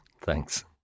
Thanks